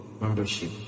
membership